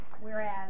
whereas